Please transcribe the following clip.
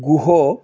Guha